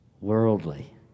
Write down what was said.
worldly